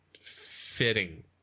fitting